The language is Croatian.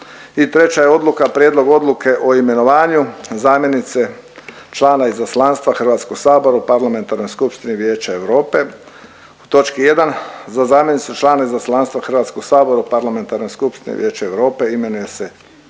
Prijedlog odluke o imenovanju zamjenice člana izaslanstva Hrvatskog sabora u Parlamentarnoj Skupštini Vijeća Europe. U točki jedan za zamjenicu člana izaslanstva Hrvatskog sabora u Parlamentarnoj Skupštini Vijeća Europe imenuje se